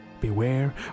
beware